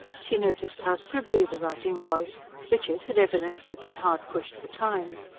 she noticed how scribbly the writing was richard had evidently been hard pushed for time.